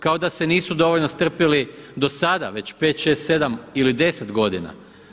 Kao da se nisu dovoljno strpjeli do sada već 5, 6, 7 ili 10 godina.